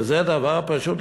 כזה דבר פשוט?